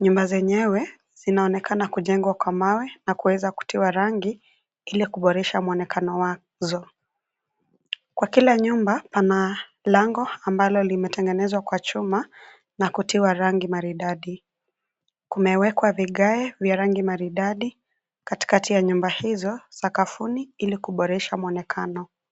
Nyumba zenyewe zinaonekana kujengwa kwa mawe na kuweza kutiwa rangi ili kuboresha muonekano wazo. Kwa kila nyumba, pana lango ambalo limetengenezwa kwa chuma na kutiwa rangi maridadi. Kumewekwa vigae vya rangi maridadi katikati ya nyumba hizo sakafuni ili kuboresha muonekano.